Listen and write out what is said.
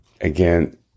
Again